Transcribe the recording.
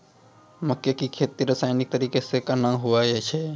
मक्के की खेती रसायनिक तरीका से कहना हुआ छ?